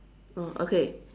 oh okay